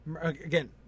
Again